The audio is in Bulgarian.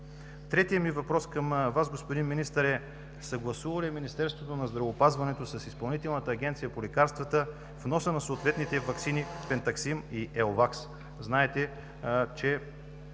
Третият ми въпрос към Вас, господин Министър, е: съгласува ли Министерството на здравеопазването с Изпълнителната агенция по лекарствата вноса на съответните ваксини (председателят